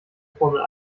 formel